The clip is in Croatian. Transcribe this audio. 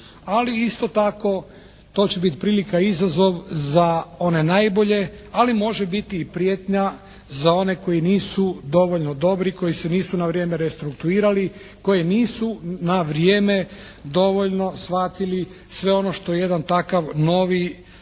isto tako to će biti prilika i izazov za one najbolje, ali može biti i prijetnja za one koji nisu dovoljno dobri, koji se nisu na vrijeme restruktuirali, koji nisu na vrijeme dovoljno shvatili sve ono što jedan takav novi slobodni